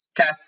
Okay